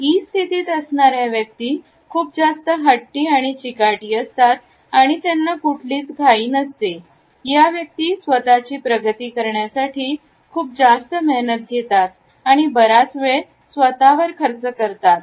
E स्थितीत असणाऱ्या व्यक्ती खूप जास्त हट्टी आणि चिकाटी असतात आणि त्यांना कुठलीच घाई नसते या व्यक्ती स्वतःची प्रगती करण्यासाठी खूप जास्त मेहनत घेतात आणि बराच वेळ स्वतावर खर्च करतात